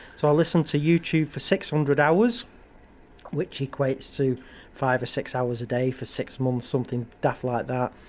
so, i listened to you tube for six hundred hours, which equates to five or six hours a day for six months something daft like that.